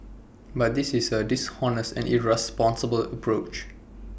but this is A dishonest and irresponsible approach